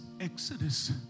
exodus